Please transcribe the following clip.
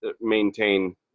maintain